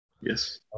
Yes